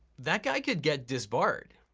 that guy could get disbarred.